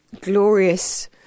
glorious